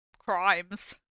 crimes